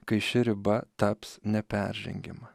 kai ši riba taps neperžengiama